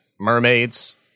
mermaids